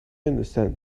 understand